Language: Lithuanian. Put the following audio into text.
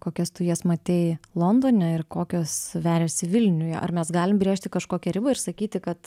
kokias tu jas matei londone ir kokios veriasi vilniuje ar mes galim brėžti kažkokią ribą ir sakyti kad